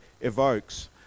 evokes